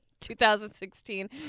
2016